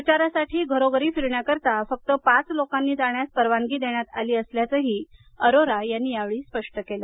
प्रचारासाठी घरोघरी फिरण्याकरता फक्त पाच लोकांनी जाण्यास परवानगी देण्यात आली असल्याचंही अरोरा यांनी सांगितलं